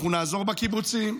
אנחנו נעזור בקיבוצים,